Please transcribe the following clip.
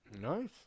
Nice